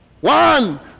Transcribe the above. One